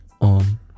on